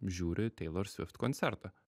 žiūri teilor svift koncertą